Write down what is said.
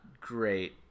great